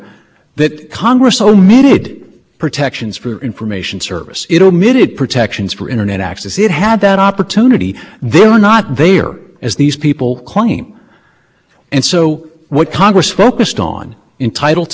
of telecommunications which says the capability for a user to transmit information between among the points that they specify it meets that definition we don't have a brand x problem here because in brand x they were they were debating a service